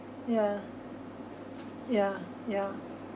yeah yeah yeah